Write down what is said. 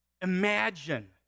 imagine